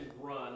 run